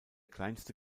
kleinste